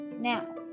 Now